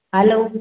hello